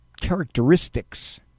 characteristics